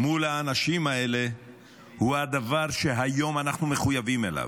מול האנשים האלה הוא הדבר שהיום אנחנו מחויבים אליו.